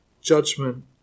judgment